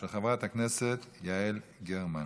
של חברת הכנסת יעל גרמן.